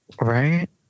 right